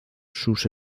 sus